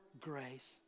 grace